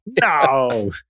no